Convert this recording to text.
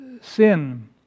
sin